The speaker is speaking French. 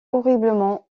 horriblement